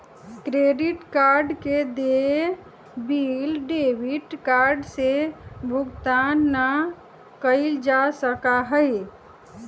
credit card के देय bill debit card से भुगतान ना कइल जा सका हई